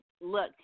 look